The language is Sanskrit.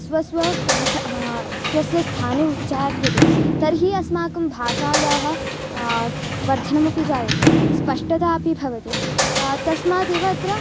स्व स्वकण्ठे स्व स्वस्थाने उच्चार्यते तर्हि अस्माकं भाषायाः वर्धनमपि जायते स्पष्टता अपि भवति तस्मादेव अत्र